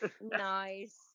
nice